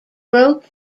broke